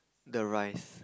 the rice